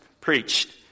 preached